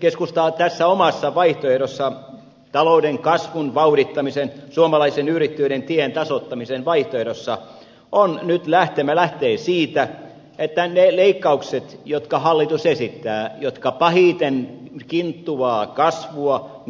keskusta tässä omassa vaihtoehdossaan talouden kasvun vauhdittamisen suomalaisen yrittäjyyden tien tasoittamisen vaihtoehdossa lähtee siitä että ne leikkaukset jotka hallitus esittää jotka pahiten kinttuavat kasvua